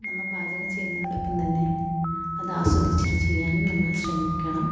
നമ്മൾ പാചകം ചെയ്യുന്നതിനോടൊപ്പം തന്നെ അത് ആസ്വദിച്ചിട്ട് ചെയ്യാനും നമ്മൾ ശ്രമിക്കണം